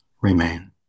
remain